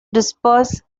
disperse